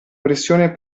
pressione